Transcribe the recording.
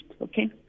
okay